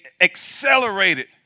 accelerated